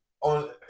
on